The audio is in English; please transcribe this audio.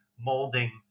molding